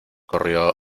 corrió